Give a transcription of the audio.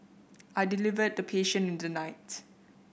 I delivered the patient in the night